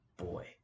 boy